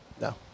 No